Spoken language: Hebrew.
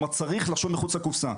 כלומר, צריך לחשוב מחוץ לקופסה.